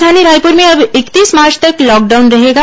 राजधानी रायपुर में अब इकतीस मार्च तक लॉकडाउन रहेगा